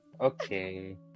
Okay